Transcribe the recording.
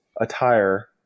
attire